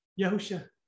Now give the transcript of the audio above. Yahusha